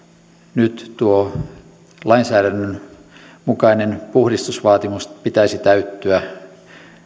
nyt tuon lainsäädännön mukaisen puhdistusvaatimuksen pitäisi täyttyä